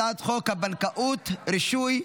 הצעת חוק הבנקאות (רישוי)